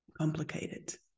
complicated